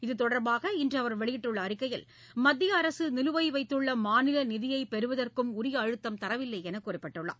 இதுதொடர்பாக இன்று அவர் வெளியிட்டுள்ள அறிக்கையில் மத்திய அரசு நிலுவை வைத்துள்ள மாநில நிதியை பெறுவதற்கும் உரிய அழுத்தம் தரவில்லை என்று குறிப்பிட்டுள்ளார்